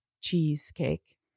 cheesecake